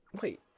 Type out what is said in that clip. Wait